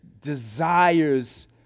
desires